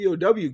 POW